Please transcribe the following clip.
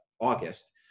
August